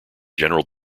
general